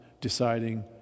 deciding